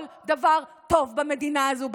כל דבר טוב במדינה הזו,